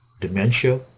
dementia